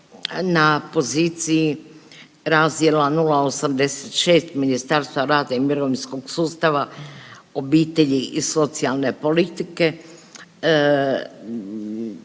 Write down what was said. na poziciji razdjela 086 Ministarstva rada i mirovinskog sustava, obitelji i socijalne politike,